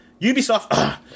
Ubisoft